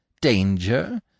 Danger